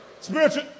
Spiritual